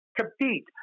Compete